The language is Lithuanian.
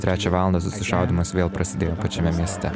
trečią valandą susišaudymas vėl prasidėjo pačiame mieste